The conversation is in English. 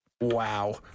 Wow